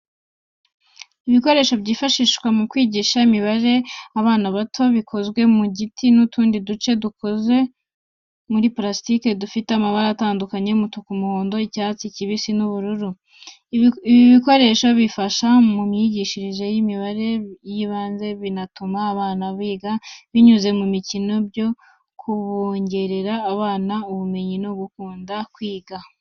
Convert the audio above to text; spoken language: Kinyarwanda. Ibikoresho byifashishwa mu kwigisha imibare abana bato, bikozwe mu giti n’utundi duce duto dukoze muri purasitike, dufite amabara atandukanye umutuku, umuhondo, icyatsi kibisi n’ubururu. Ibi bikoresho bifasha mu myigishirize y’imibare y’ibanze, binatuma abana biga binyuze mu mikino, ibyo bikongerera abana ubumenyi no gukunda kwiga.